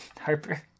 Harper